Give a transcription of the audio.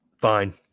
Fine